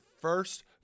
first